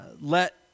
let